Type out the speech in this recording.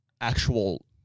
actual